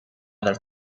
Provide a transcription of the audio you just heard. del